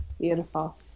Beautiful